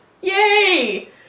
Yay